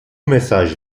mesaj